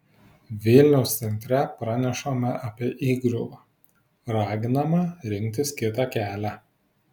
vilniaus centre pranešama apie įgriuvą raginama rinktis kitą kelią